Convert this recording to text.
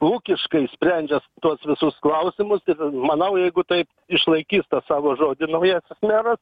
ūkiškai sprendžias tuos visus klausimus ir manau jeigu tai išlaikys tą savo žodį naujasis meras